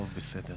טוב, בסדר.